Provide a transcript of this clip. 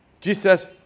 Jesus